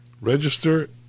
Register